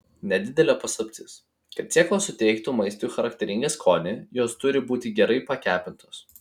nedidelė paslaptis kad sėklos suteiktų maistui charakteringą skonį jos turi būti gerai pakepintos